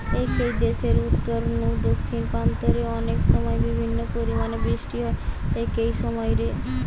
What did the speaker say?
একই দেশের উত্তর নু দক্ষিণ প্রান্ত রে অনেকসময় বিভিন্ন পরিমাণের বৃষ্টি হয় একই সময় রে